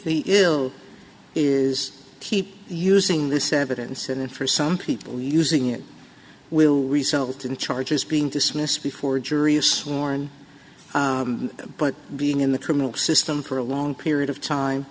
here is keep using this evidence and for some people using it will result in charges being dismissed before a jury is sworn but being in the criminal system for a long period of time